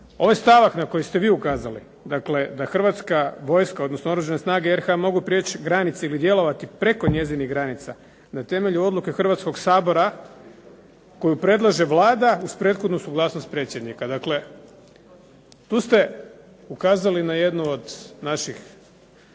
Ovaj stavak na koji ste vi ukazali, dakle da Hrvatska vojska, odnosno Oružane snage RH mogu prijeći granice ili djelovati preko njezinih granica, na temelju odluke Hrvatskog sabora koju predlaže Vladu uz prethodnu suglasnost predsjednika. Dakle tu ste ukazali na jednu od naših